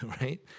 Right